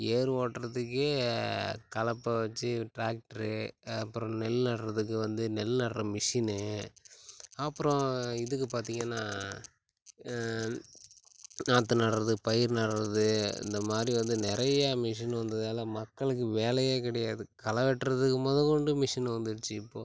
ஏர் ஓட்டுறதுக்கே கலப்பை வச்சு ட்ராக்ட்ரு அப்புறம் நெல் நடுறதுக்கு வந்து நெல் நடுற மிஷின்னு அப்பறம் இதுக்கு பார்த்தீங்கன்னா நாத்து நடுறது பயிர் நடுறது இந்த மாதிரி வந்து நிறையா மிஷின் வந்ததால் மக்களுக்கு வேலையே கிடையாது களை வெட்டுறதுக்கு முத கொண்டும் மிஷின் வந்துடுச்சு இப்போது